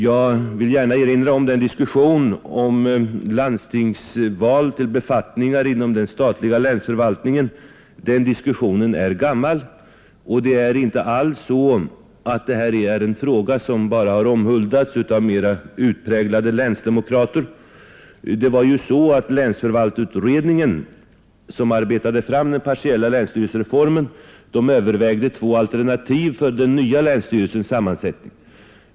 Jag vill gärna erinra om diskussionen angående landstingsvalda befattningar inom den statliga länsförvaltningen. Den diskussionen är gammal. Det är inte alls så att denna princip endast har omhuldats av utpräglade länsdemokrater. Länsförvaltningsutredningen, som arbetade fram den partiella länsstyrelsereformen, övervägde två alternativ för den nya länsstyrelsens sammansättning.